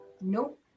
Nope